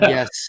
Yes